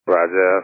Roger